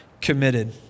committed